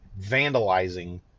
vandalizing